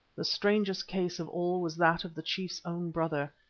the strangest case of all was that of the chief's own brother.